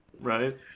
Right